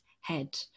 head